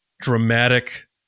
dramatic